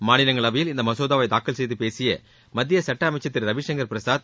மாநிலங்களவையில் இம்மசோதாவை தாக்கல் செய்து பேசிய மத்திய சுட்டத்துறை அமைச்சர் திரு ரவிசுங்கர் பிரசாத்